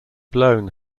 blown